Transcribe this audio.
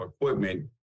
equipment